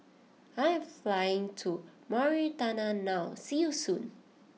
I am flying to Mauritania now see you soon